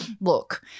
look